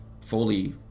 fully